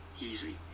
easy